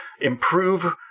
improve